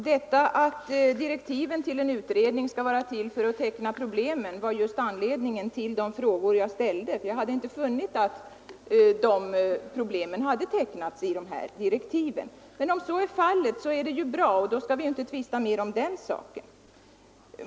Detta att direktiven till en utredning skall vara till för att teckna problemen var just anledningen till de frågor jag ställde. Jag hade inte funnit att de problemen hade tecknats i direktiven. Men om så är fallet är det bra, då skall vi inte tvista om den saken.